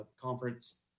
conference